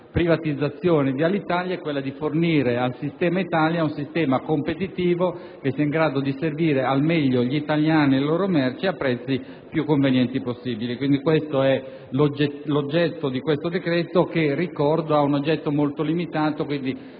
privatizzazione di Alitalia è quello di fornire al sistema Italia un sistema competitivo in grado di servire al meglio gli italiani e le loro merci, ai prezzi più convenienti possibili. Questo è, in sostanza, l'oggetto di questo decreto-legge. Ricordo che si tratta di un oggetto molto limitato